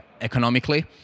economically